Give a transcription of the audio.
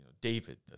David